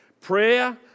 Prayer